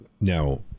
now